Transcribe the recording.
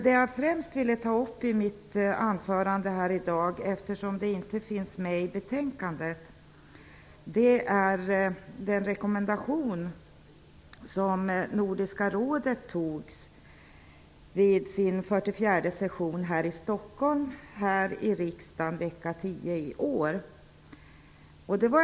Det jag främst vill ta upp i mitt anförande, eftersom det inte finns med i betänkandet, är den rekommendation som Nordiska rådet tog vid sin 44 session här i riksdagen vecka 10.